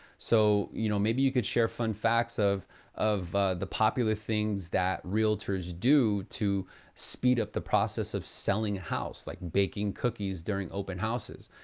so, you know, maybe you could share fun facts of of the popular things that realtors do to speed up the process of selling a house. like, baking cookies during open houses.